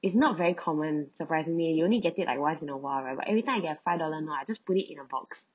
it's not very common surprisingly you only get it like once in awhile like but every time I get a five dollar note I just put it in a box